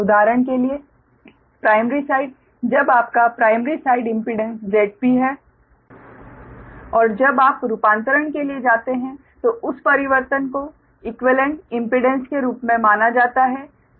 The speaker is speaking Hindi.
उदाहरण के लिए प्राइमरी साइड जब आपका प्राइमरी साइड इम्पीडेंस Zp है और जब आप रूपांतरण के लिए जाते हैं तो उस परिवर्तन को इक्वीवालेंट इम्पीडेंस के रूप में जाना जाता है